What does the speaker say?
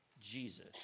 Jesus